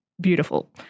beautiful